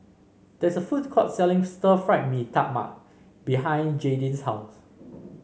there is a food court selling Stir Fried Mee Tai Mak behind Jaydin's house